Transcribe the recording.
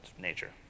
nature